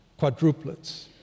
quadruplets